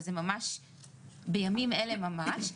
שזה בימים האלה ממש,